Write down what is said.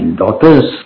daughter's